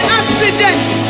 accidents